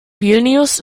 vilnius